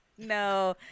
No